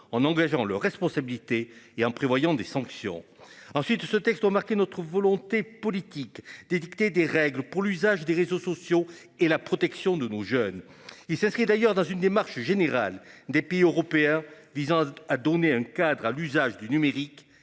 en engageant leur responsabilité et en prévoyant des sanctions ensuite ce texte marquer notre volonté politique d'édicter des règles pour l'usage des réseaux sociaux et la protection de nos jeunes et c'est ce qui est d'ailleurs dans une démarche générale des pays européens visant à donner un cadre à l'usage du numérique.